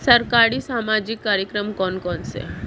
सरकारी सामाजिक कार्यक्रम कौन कौन से हैं?